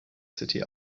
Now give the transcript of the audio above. city